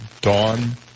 dawn